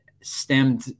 stemmed